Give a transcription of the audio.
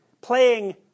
playing